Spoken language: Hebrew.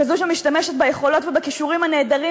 כזאת שמשתמשת ביכולות ובכישורים הנהדרים